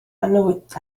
annwyd